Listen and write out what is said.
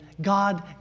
God